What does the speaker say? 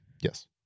yes